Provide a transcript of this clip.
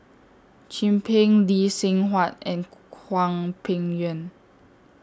Chin Peng Lee Seng Huat and Hwang Peng Yuan